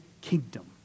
kingdom